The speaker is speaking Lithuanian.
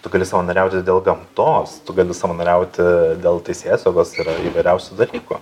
tu gali savanoriauti dėl gamtos tu gali savanoriauti dėl teisėsaugos yra įvairiausių dalykų